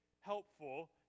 helpful